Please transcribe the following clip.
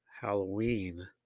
Halloween